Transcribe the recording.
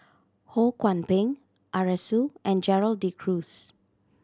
Ho Kwon Ping Arasu and Gerald De Cruz